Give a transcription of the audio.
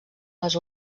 les